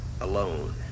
alone